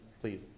please